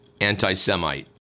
anti-Semite